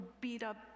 beat-up